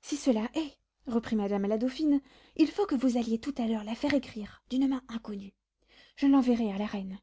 si cela est reprit madame la dauphine il faut que vous alliez tout à l'heure la faire écrire d'une main inconnue je l'enverrai à la reine